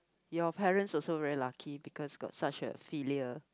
your parents also really lucky because got such a filler